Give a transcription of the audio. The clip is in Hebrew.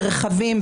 זה רכבים,